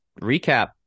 recap